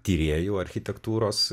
tyrėjų architektūros